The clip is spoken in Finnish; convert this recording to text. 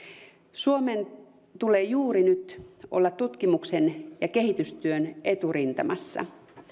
suomen tulee juuri nyt olla tutkimuksen ja kehitystyön eturintamassa